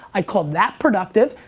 i'd call that productive,